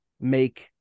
make